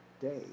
day